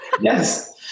Yes